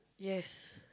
yes